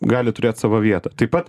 gal turėt savo vietą taip pat